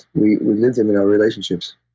we live them in our relationships.